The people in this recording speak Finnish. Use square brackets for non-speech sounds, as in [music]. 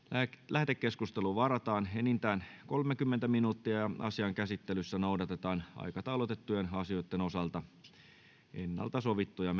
lähetekeskusteluun varataan enintään kolmekymmentä minuuttia asian käsittelyssä noudatetaan aikataulutettujen asioiden osalta osalta sovittuja [unintelligible]